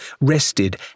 rested